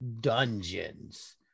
Dungeons